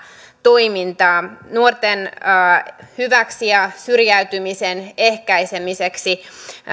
toiminta nuorten hyväksi ja syrjäytymisen ehkäisemiseksi